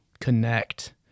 connect